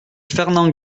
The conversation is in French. fernand